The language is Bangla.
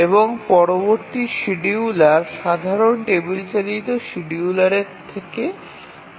এবং পরবর্তী শিডিয়ুলার সাধারণ টেবিল চালিত শিডিয়ুলারের চেয়ে কিছুটা পরিশীলিত